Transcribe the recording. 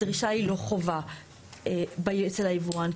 הדרישה היא לא חובה אצל היבואן.